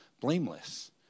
blameless